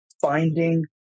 finding